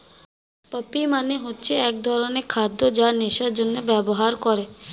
poppy মানে হচ্ছে এক ধরনের খাদ্য যা নেশার জন্যে ব্যবহার করে